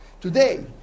today